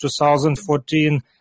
2014